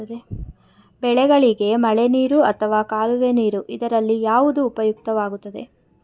ಬೆಳೆಗಳಿಗೆ ಮಳೆನೀರು ಅಥವಾ ಕಾಲುವೆ ನೀರು ಇದರಲ್ಲಿ ಯಾವುದು ಉಪಯುಕ್ತವಾಗುತ್ತದೆ?